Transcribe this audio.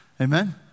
Amen